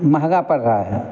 महँगा पड़ रहा है